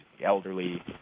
elderly